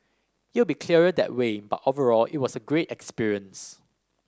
it will be clearer that way but overall it was a great experience